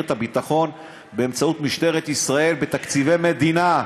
את הביטחון באמצעות משטרת ישראל בתקציבי מדינה,